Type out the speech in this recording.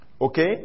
Okay